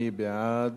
מי בעד?